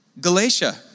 Galatia